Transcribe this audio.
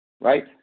Right